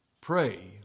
pray